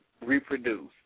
reproduce